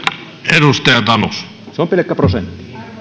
se on pelkkä prosentti arvoisa puhemies